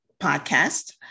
podcast